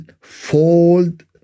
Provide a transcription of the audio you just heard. fold